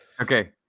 Okay